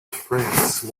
france